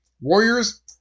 warriors